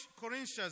Corinthians